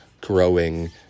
growing